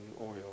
oil